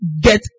get